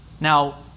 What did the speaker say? Now